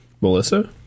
Melissa